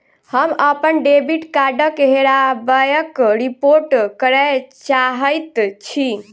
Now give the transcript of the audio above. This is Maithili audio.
हम अप्पन डेबिट कार्डक हेराबयक रिपोर्ट करय चाहइत छि